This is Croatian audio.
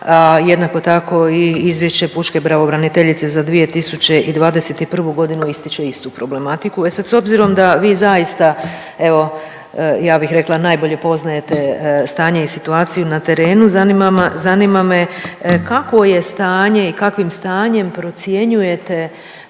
jednako tako i izvješće pučke pravobraniteljice za 2021.g. ističe istu problematiku. E sad s obzirom da vi zaista evo ja bih rekla najbolje poznajete stanje i situaciju na terenu, zanima me kakvo je stanje i kakvim stanjem procjenjujete